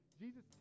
Jesus